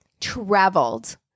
traveled